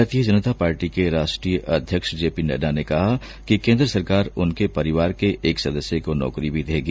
भारतीय जनता पार्टी के राष्ट्रीय अध्याक्ष जे पी नड्डा ने कहा है कि केंद्र सरकार उनके परिवार के एक सदस्य को नौकरी भी देगी